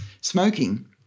smoking